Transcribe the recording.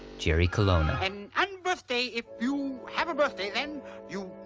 jerry colonna. an un-birthday, if you have a birthday, then you.